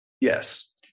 Yes